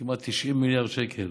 כמעט 90 מיליארד שקל.